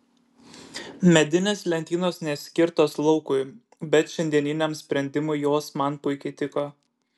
medinės lentynos neskirtos laukui bet šiandieniniam sprendimui jos man puikiai tiko